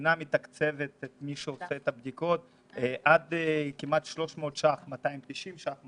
המדינה מתקצבת את מי שעושה את הבדיקות עד כמעט 300 ש"ח 290 ש"ח,